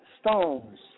Stones